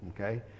okay